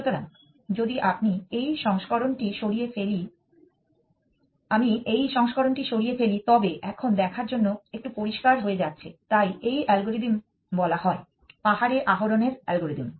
সুতরাং যদি আমি এই সংস্করণটি সরিয়ে ফেলি তবে এখন দেখার জন্য একটু পরিষ্কার হয়ে যায় তাই এই অ্যালগরিদম বলা হয় পাহাড়ে আরোহণের অ্যালগরিদম